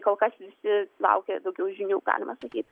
kol kas visi laukia daugiau žinių galima sakyti